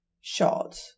shot